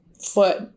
foot